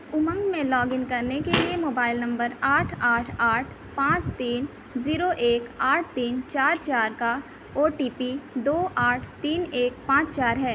امنگ میں log in کرنے کے لیے موبائل نمبر آٹھ آٹھ آٹھ پانچ تین زیرو ایک آٹھ تین چار چار کا او ٹی پی دو آٹھ تین ایک پانچ چار ہے